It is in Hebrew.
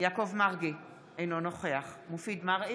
יעקב מרגי, אינו נוכח מופיד מרעי,